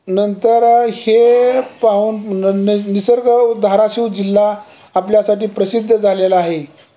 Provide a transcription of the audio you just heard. नंतर हे पाहून न नि निसर्ग धाराशिव जिल्हा आपल्यासाठी प्रसिद्ध झालेला आहे